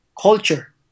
culture